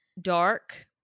dark